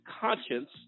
conscience